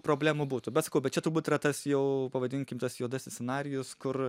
problemų būtų bet sakau bet čia turbūt yra tas jau pavadinkim tas juodasis scenarijus kur